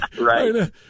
Right